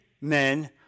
men